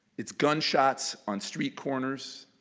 it's gun shots on street corners.